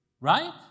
Right